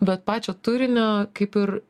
bet pačio turinio kaip ir